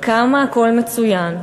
כמה הכול מצוין,